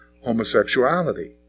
homosexuality